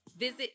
Visit